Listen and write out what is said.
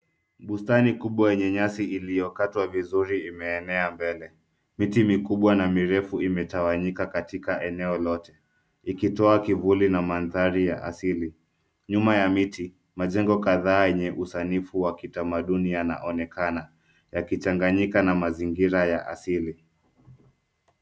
Bustani kubwa yenye nyasi iliyokatwa vizuri imeenea mbele. Miti mikubwa na mirefu imetawanyika katika eneo lote, ikitoa kivuli na mandhari ya asili. Nyuma ya miti, majengo kadhaa yenye usanifu wa kitamaduni yanaonekana, yakichanganyika na mazingira ya asili.